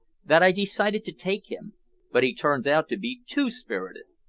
that i decided to take him but he turns out to be too spirited.